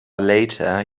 later